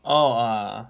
orh uh